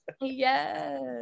yes